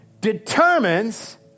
determines